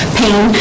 pain